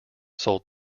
sold